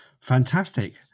Fantastic